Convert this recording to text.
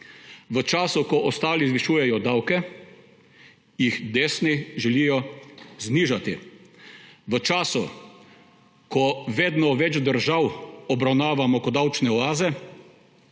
V času, ko ostali zvišujejo davke, jih desni želijo znižati. V času, ko vedno več državobravnavamo kot davčne oaze,